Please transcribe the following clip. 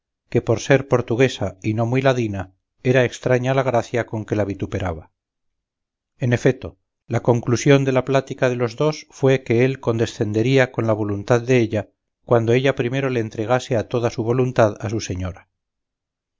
que por ser portuguesa y no muy ladina era extraña la gracia con que la vituperaba en efeto la conclusión de la plática de los dos fue que él condecendería con la voluntad della cuando ella primero le entregase a toda su voluntad a su señora